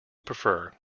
prefer